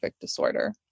disorder